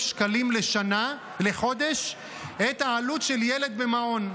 שקלים לחודש את העלות של ילד במעון.